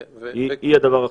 כי היא הדבר החשוב.